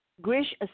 Grish